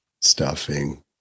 stuffing